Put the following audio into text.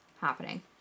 happening